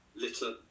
litter